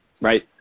Right